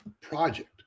project